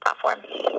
platform